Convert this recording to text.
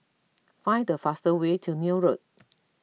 find the fastest way to Neil Road